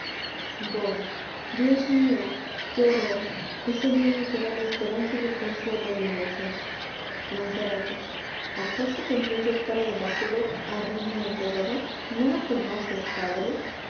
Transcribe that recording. dios mio qué horror ese niño que era la esperanza y el consuelo de mi vejez lanzarote acaso tendré yo cara de báculo arrimo ó cayado no me conoces padre